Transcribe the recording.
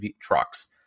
trucks